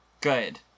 Good